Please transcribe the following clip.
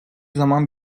zaman